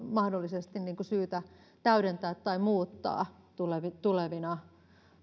mahdollisesti syytä täydentää tai muuttaa tulevina tulevina